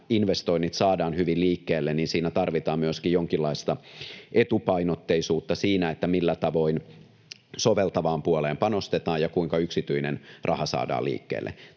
investoinnit saadaan hyvin liikkeelle, niin siinä tarvitaan myöskin jonkinlaista etupainotteisuutta siinä, millä tavoin soveltavaan puoleen panostetaan ja kuinka yksityinen raha saadaan liikkeelle.